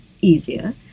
easier